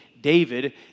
David